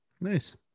Nice